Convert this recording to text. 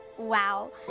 wow,